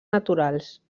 naturals